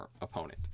opponent